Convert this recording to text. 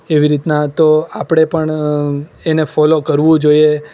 એવી રીતના તો આપણે પણ એને ફોલો કરવું જોઈએ